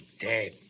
dead